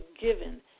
given